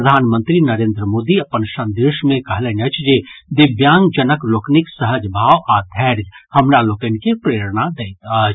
प्रधानमंत्री नरेन्द्र मोदी अपन संदेश मे कहलनि अछि जे दिव्यांगजनक लोकनिक सहज भाव आ धैर्य हमरा लोकनि के प्रेरणा दैत अछि